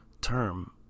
term